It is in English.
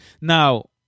now